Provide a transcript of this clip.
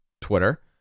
Twitter